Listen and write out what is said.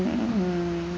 mm